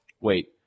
Wait